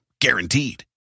Guaranteed